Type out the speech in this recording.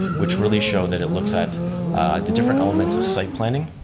which really show that it looks at the different elements of site planning,